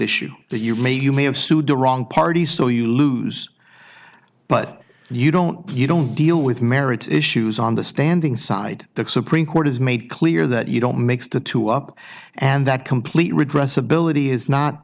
issue that you've made you may have sued the wrong party so you lose but you don't you don't deal with merit issues on the standing side the supreme court has made clear that you don't mix the two up and that complete redress ability is not